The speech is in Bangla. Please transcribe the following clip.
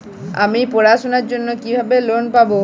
আমি পড়াশোনার জন্য কিভাবে লোন পাব?